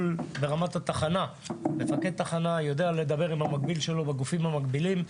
ברמת התחנה מפקד תחנה יודע לדבר עם המקביל שלו בגופים המקבילים,